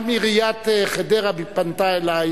גם עיריית חדרה פנתה אלי